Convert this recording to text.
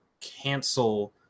cancel